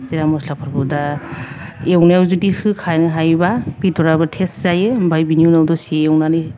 जिरा मस्लाफोरखौ दा एवनायाव जुदि होखानो हायोबा बेद'राबो तेस्ट जायो आमफ्राय बेनि उनाव दसेे एवनानै